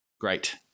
great